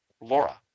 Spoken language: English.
laura